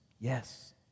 yes